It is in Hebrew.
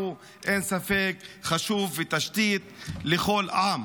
אם כי אין ספק שהעבר חשוב לתשתית של כל עם,